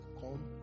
come